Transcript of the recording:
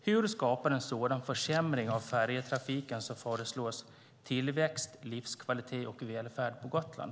Hur skapar en sådan försämring av färjetrafiken som föreslås tillväxt, livskvalitet och välfärd på Gotland?